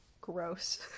gross